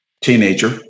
teenager